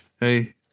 Hey